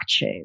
blockchain